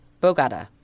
Bogota